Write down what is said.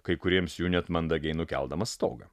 kai kuriems jų net mandagiai nukeldamas stogą